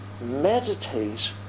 Meditate